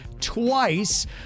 twice